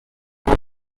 all